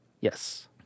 Yes